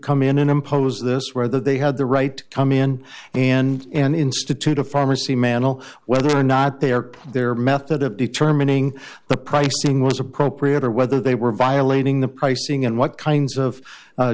come in and impose this whether they had the right to come in and institute a pharmacy manal whether or not they are their method of determining the pricing was appropriate or whether they were violating the pricing and what kinds of